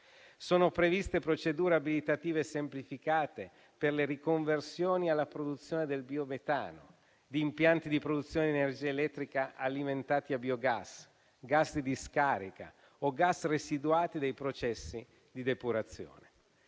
Sono previste procedure abilitative semplificate per la riconversione alla produzione di biometano di impianti di produzione di energia elettrica alimentati a biogas, gas di discarica o gas residuati dai processi di depurazione.